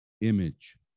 image